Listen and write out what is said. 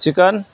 chicken